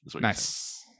nice